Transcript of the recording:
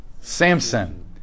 Samson